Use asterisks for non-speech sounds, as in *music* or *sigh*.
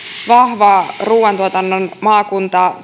vahva ruuantuotannon maakunta *unintelligible*